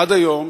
עד היום,